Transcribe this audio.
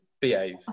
Behave